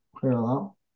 parallel